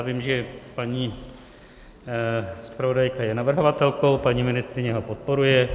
Vím, že paní zpravodajka je navrhovatelkou, paní ministryně ho podporuje.